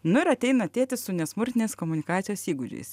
nu ir ateina tėtis su nesmurtinės komunikacijos įgūdžiais